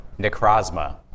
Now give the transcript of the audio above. Necrozma